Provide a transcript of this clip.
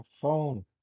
phone